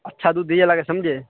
اچھا دودھ دیجیے لا کے سمجھے